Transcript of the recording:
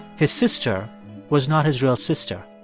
his sister was not his real sister,